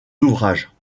ouvrages